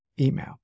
email